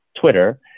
Twitter